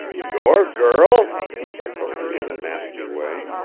your girl he echoed, in a nasty way.